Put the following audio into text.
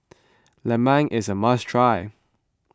Lemang is a must try